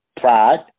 pride